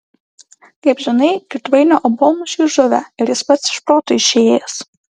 kaip žinai girdvainio obuolmušiai žuvę ir jis pats iš proto išėjęs